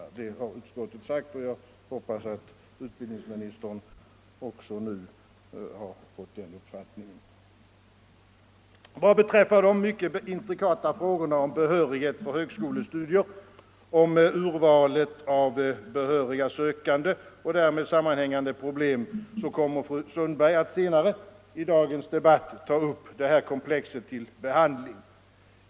Det har utskottet sagt, och jag hoppas att utbildningsministern nu också fått den uppfattningen. De mycket intrikata frågorna om behörighet för högskolestudier, om urvalet av behöriga sökande och därmed sammanhängande problem kommer fru Sundberg senare i dagens debatt att ta upp till behandling.